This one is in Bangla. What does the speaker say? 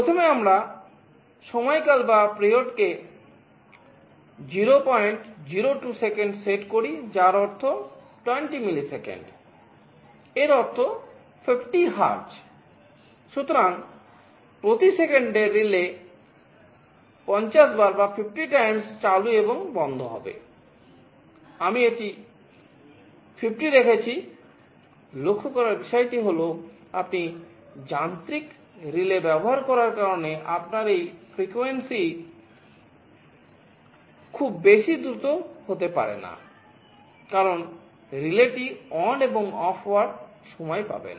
প্রথমে আমরা সময়কালটি খুব বেশি দ্রুত হতে পারে না কারণ রিলেটি অন এবং অফ হওয়ার সময় পাবে না